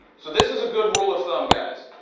so, this is a good rule of thumb guys.